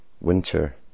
winter